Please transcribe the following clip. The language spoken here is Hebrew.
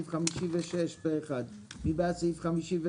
סעיף 85(50) אושר מי בעד סעיף 51?